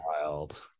Wild